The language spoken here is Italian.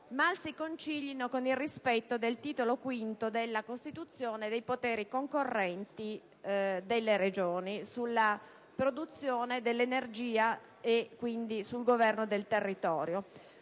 mal si conciliano con il rispetto del Titolo V della Costituzione e dei poteri concorrenti delle Regioni sulla produzione dell'energia e di governo del territorio,